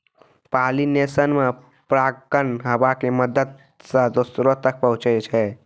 pollination मे परागकण हवा के मदत से दोसरो तक पहुचै छै